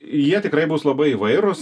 jie tikrai bus labai įvairūs